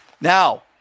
Now